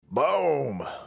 Boom